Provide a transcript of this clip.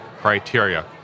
criteria